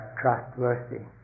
trustworthy